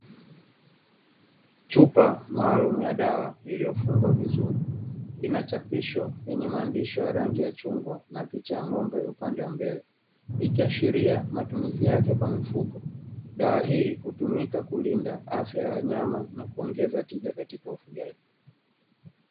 Chupa maalumu ya dawa iliyofungwa vizuri, inachapisho yenye maandishi ya rangi ya chungwa na picha ya ng'ombe upande wa mbele, ikiashiria matumizi yake kwa mifugo. Dawa hii hutumika kulinda afya za wanyama na kuongeza tija katika ufugaji.